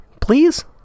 please